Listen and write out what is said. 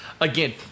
Again